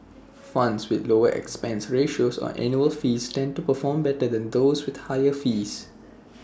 funds with lower expense ratios or annual fees tend to perform better than those with higher fees